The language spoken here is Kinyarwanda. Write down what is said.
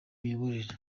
imiyoborere